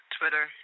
Twitter